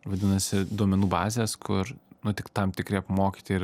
vadinasi duomenų bazės kur nu tik tam tikri apmokyti ir